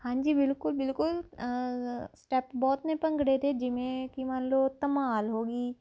ਹਾਂਜੀ ਬਿਲਕੁਲ ਬਿਲਕੁਲ ਸਟੈਪ ਬਹੁਤ ਨੇ ਭੰਗੜੇ ਦੇ ਜਿਵੇਂ ਕਿ ਮੰਨ ਲਉ ਧਮਾਲ ਹੋ ਗਈ